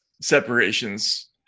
separations